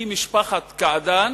משפחת קעדאן,